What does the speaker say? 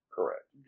Correct